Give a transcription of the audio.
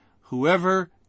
Whoever